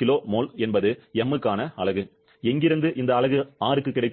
kgkmol என்பது M க்கான அலகு எங்கிருந்து இந்த அலகு R க்கு கிடைத்தது